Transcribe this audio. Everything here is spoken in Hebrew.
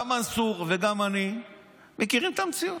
גם מנסור וגם אני מכירים את המציאות,